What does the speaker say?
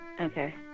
Okay